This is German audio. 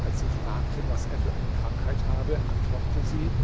als sie fragten was er für eine krankheit habe antwortete sie